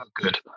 good